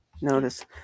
notice